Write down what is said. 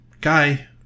guy